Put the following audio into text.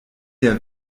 der